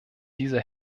dieser